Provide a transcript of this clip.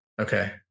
Okay